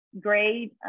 great